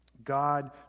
God